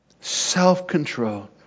self-control